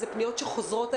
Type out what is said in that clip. אלה פניות שחוזרות.